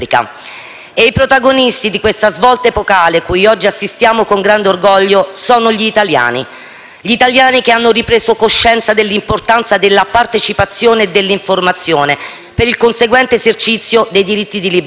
e i protagonisti di questa svolta epocale, cui oggi assistiamo con grande orgoglio, sono gli italiani. Gli italiani che hanno ripreso coscienza dell'importanza della partecipazione e dell'informazione per il conseguente esercizio dei diritti di libertà.